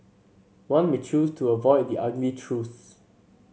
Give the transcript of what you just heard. one may choose to avoid the ugly truths